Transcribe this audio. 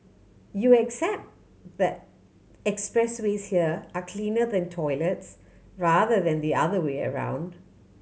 you accept that expressways here are cleaner than toilets rather than the other way around